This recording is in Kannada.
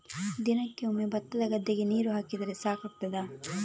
ದಿನಕ್ಕೆ ಒಮ್ಮೆ ಭತ್ತದ ಗದ್ದೆಗೆ ನೀರು ಹಾಕಿದ್ರೆ ಸಾಕಾಗ್ತದ?